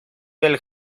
del